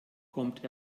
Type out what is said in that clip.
kommt